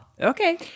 Okay